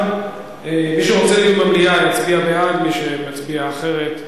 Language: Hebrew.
מי שרוצה דיון במליאה, יצביע בעד, מי שמצביע אחרת,